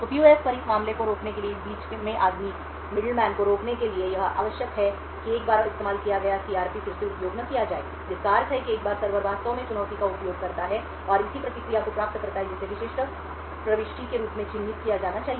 तो PUF पर इस हमले को रोकने के लिए इस बीच में आदमी को रोकने के लिए यह आवश्यक है कि एक बार इस्तेमाल किया गया CRP फिर से उपयोग न किया जाए जिसका अर्थ है कि एक बार सर्वर वास्तव में चुनौती का उपयोग करता है और इसी प्रतिक्रिया को प्राप्त करता है जिसे विशेष प्रविष्टि के रूप में चिह्नित किया जाना चाहिए